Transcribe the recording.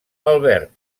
albert